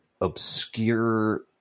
obscure